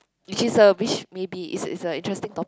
which is a which maybe it's it's a interesting topic